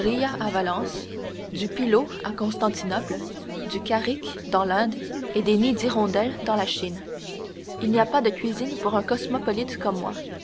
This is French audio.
à valence du pilau à constantinople du karrick dans l'inde et des nids d'hirondelle dans la chine il n'y a pas de cuisine pour un cosmopolite comme moi